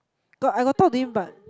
got I got talk to him but